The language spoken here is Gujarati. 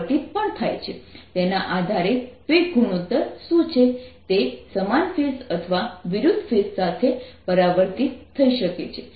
તેના આધારે વેગ ગુણોત્તર શું છે તે સમાન ફેઝ અથવા વિરુદ્ધ ફેઝ સાથે પરાવર્તિત થઈ શકે છે